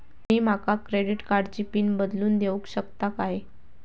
तुमी माका क्रेडिट कार्डची पिन बदलून देऊक शकता काय?